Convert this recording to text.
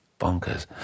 Bonkers